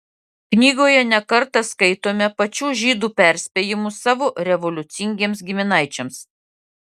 knygoje ne kartą skaitome pačių žydų perspėjimus savo revoliucingiems giminaičiams